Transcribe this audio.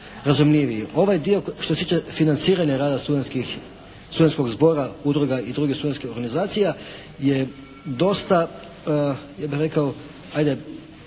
razumljiviji. Ovaj dio što se tiče financiranja rada studentskog zbora, udruga i drugih studentskih organizacija je dosta ja bih rekao ajde